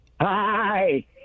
Hi